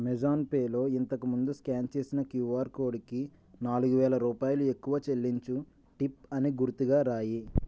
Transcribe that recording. Amazon పేలో ఇంతకు ముందు స్కాన్ చేసిన క్యూఆర్ కోడ్కి నాలుగు వేల రూపాయలు ఎక్కువ చెల్లించు టిప్ అని గుర్తుగా రాయి